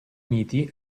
uniti